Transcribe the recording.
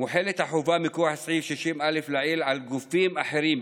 מוטלת החובה מכוח סעיף 60א1 לעיל על גופים אחרים,